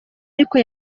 ariko